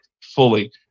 fully